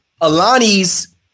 Alani's